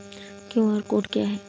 QR code क्या है?